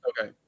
Okay